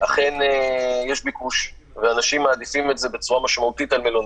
יש ביקוש ואנשים מעדיפים את זה בצורה משמעותית על מלונית.